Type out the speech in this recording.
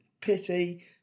pity